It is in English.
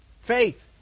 Faith